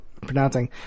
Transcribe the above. pronouncing